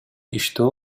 иштөө